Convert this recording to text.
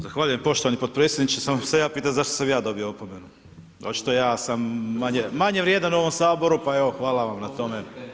Zahvaljujem poštovani podpredsjedniče, samo se ja pitam zašto sam ja dobio opomenu, očito ja sam manje vrijedan u ovom saboru, pa evo hvala vam na tome.